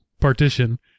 partition